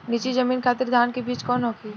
नीची जमीन खातिर धान के बीज कौन होखे?